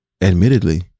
admittedly